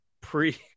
pre